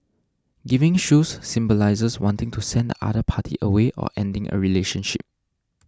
giving shoes symbolises wanting to send the other party away or ending a relationship